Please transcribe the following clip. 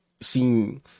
seen